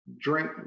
drink